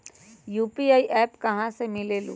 UPI app कहा से मिलेलु?